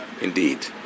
indeed